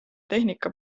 tehnika